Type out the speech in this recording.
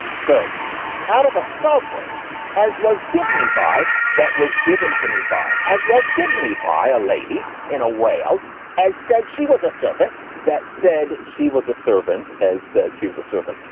so out of a sobering as was given me by that was given to me by as was given me by a lady in a way all as said she was a servant. that said she was a servant, as said she was a servant.